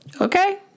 Okay